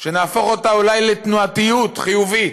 נהפוך אותה אולי לתנועתיות חיובית,